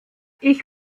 ich